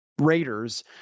Raiders